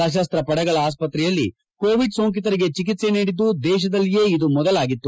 ಸತಸ್ವ ಪಡೆಗಳ ಆಸ್ತ್ರೆಯಲ್ಲಿ ಕೊವಿಡ್ ಸೊಂಕಿತರಿಗೆ ಚಿಕಿತ್ಸೆ ನೀಡಿದ್ದು ದೇಶದಲ್ಲಿಯೇ ಇದು ಮೊದಲಾಗಿತ್ತು